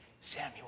Samuel